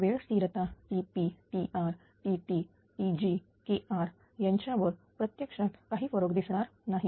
वेळ स्थिरता TP Tr Tt Tg Kr यांच्यावर प्रत्यक्षात काही फरक दिसणार नाही